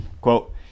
quote